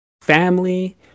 family